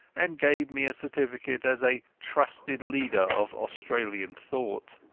and gave me a certificate as a atrusted leader of australian thoughta.